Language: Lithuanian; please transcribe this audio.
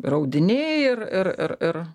ir audiniai ir ir ir ir